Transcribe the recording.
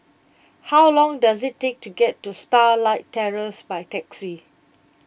how long does it take to get to Starlight Terrace by taxi